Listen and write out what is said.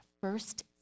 first